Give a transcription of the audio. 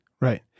Right